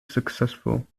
successful